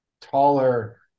taller